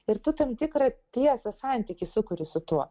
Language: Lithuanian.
ir tu tam tikrą tiesą santykį sukuri su tuo